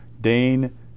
Dane